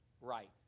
right